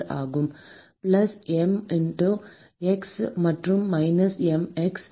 ஆம் plus m x மற்றும் minus m x